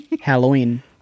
Halloween